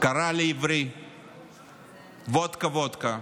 קרא לעברי "וודקה, וודקה"